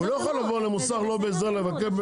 הוא לא יכול לבוא למוסך לא בהסדר ולבקש.